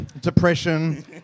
depression